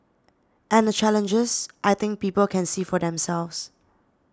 and the challenges I think people can see for themselves